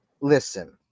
listen